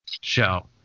show